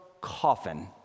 coffin